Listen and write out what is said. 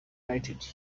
united